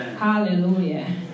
Hallelujah